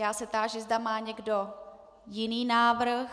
Já se táži, zda má někdo jiný návrh.